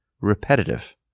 repetitive